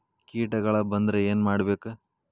ಕೇಟಗಳ ಬಂದ್ರ ಏನ್ ಮಾಡ್ಬೇಕ್?